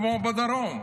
כמו בדרום.